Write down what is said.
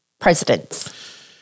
presidents